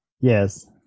Yes